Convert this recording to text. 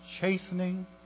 chastening